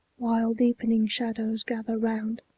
while deepening shadows gather round.